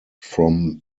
from